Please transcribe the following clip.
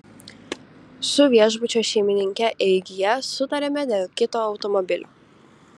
su viešbučio šeimininke eigyje sutarėme dėl kito automobilio